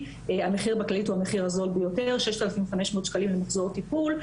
המחיר בכללית הוא המחיר הזול ביותר 6,500 שקל למחזור טיפול,